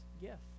gift